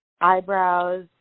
eyebrows